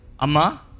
Ama